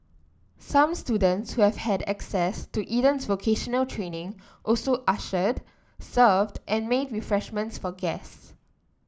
some students who have had access to Eden's vocational training also ushered served and made refreshments for guests